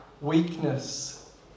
weakness